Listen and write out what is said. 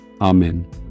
Amen